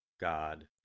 God